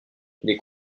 les